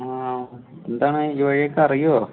ആ എന്താണ് ഈ വഴിയൊക്കെ അറിയുമോ